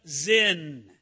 Zin